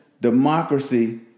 democracy